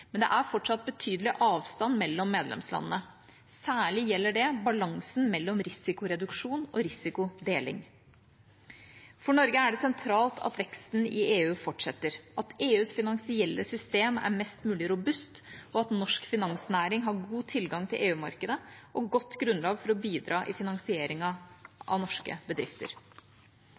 men det er fortsatt betydelig avstand mellom medlemslandene. Særlig gjelder det balansen mellom risikoreduksjon og risikodeling. For Norge er det sentralt at veksten i EU fortsetter, at EUs finansielle system er mest mulig robust, og at norsk finansnæring har god tilgang til EU-markedet og godt grunnlag for fortsatt å bidra i finansieringen av norske bedrifter.